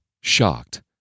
shocked